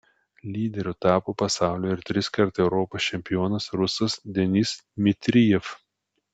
lyderiu tapo pasaulio ir triskart europos čempionas rusas denis dmitrijev